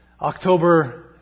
October